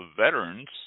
veterans